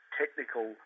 technical